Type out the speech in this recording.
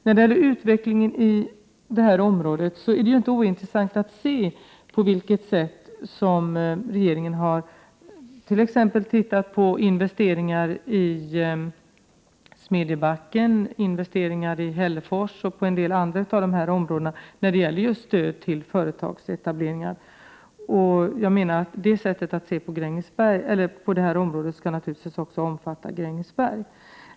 I fråga om utvecklingen i det här området är det inte ointressant att notera på vilket sätt regeringen sett på investeringar i Smedjebacken, i Hällefors och på en del andra av dessa platser när det gäller stöd till företagsetableringar. Jag menar att det sättet att se på det här området naturligtvis också skall innefatta Grängesberg.